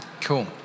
Cool